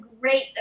great